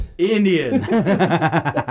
Indian